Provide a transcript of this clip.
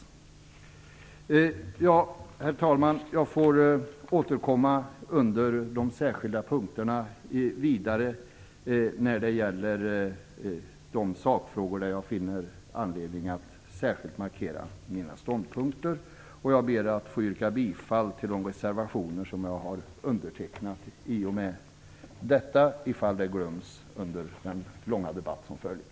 Det kan ni vara förvissade om. Herr talman! Jag återkommer vidare under de särskilda punkterna när de gäller de sakfrågor där jag finner anledning att särskilt markera mina ståndpunkter. Med detta ber jag att få yrka bifall till de reservationer som jag har undertecknad i fall det glöms under den långa debatt som följer.